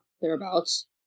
thereabouts